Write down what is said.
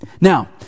Now